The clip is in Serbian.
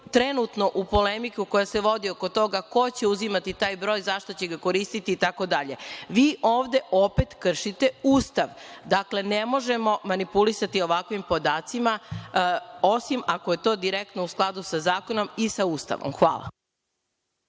trenutno, polemika koja se vodi oko toga ko će uzimati taj broj i zašta će ga koristiti i tako dalje. Vi ovde opet kršite Ustav. Dakle, ne možemo manipulisati ovakvim podacima osim ako je to direktno u skladu sa zakonom i sa Ustavom. Hvala